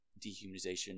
dehumanization